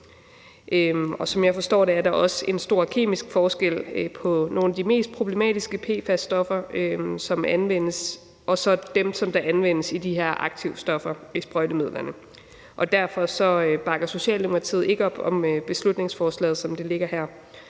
Som jeg forstår det, er der også en stor kemisk forskel på nogle af de mest problematiske PFAS-stoffer, som anvendes, og så dem, der anvendes i de her aktivstoffer i sprøjtemidlerne. Derfor bakker Socialdemokratiet ikke op om beslutningsforslaget, som det ligger her.